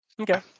Okay